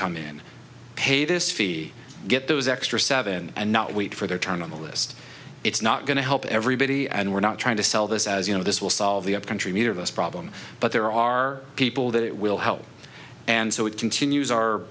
come in pay this fee get those extra seven and not wait for their turn on the list it's not going to help everybody and we're not trying to sell this as you know this will solve the upcountry neither of us problem but there are people that it will help and so it continues are